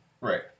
Right